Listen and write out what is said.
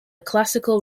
classical